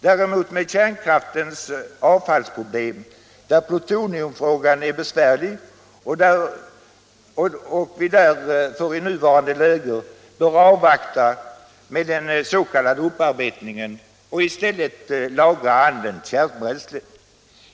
Däremot kommer kärnkraftens avfallsproblem in i bilden. Här är plutoniumfrågan besvärlig, och vi bör därför i nuvarande läge avvakta med den s.k. upparbetningen och i stället lagra använt kärnbränsle.